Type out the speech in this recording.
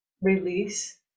release